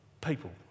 people